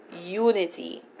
unity